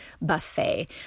buffet